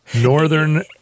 Northern